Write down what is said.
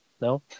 No